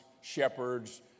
shepherds